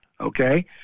okay